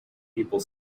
people